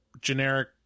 generic